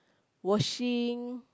washing